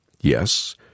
Yes